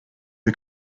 who